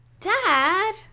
Dad